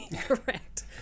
Correct